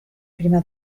prima